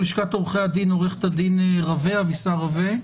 מלשכת עורכי הדין: עורכת הדין אבישר רווה,